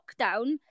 lockdown